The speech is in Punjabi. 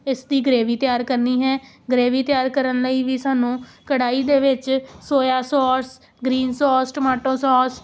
ਇਸ ਦੀ ਗ੍ਰੇਵੀ ਤਿਆਰ ਕਰਨੀ ਹੈ ਗ੍ਰੇਵੀ ਤਿਆਰ ਕਰਨ ਲਈ ਵੀ ਸਾਨੂੰ ਕੜਾਹੀ ਦੇ ਵਿੱਚ soya sauce green sauce tomato sauce